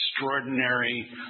extraordinary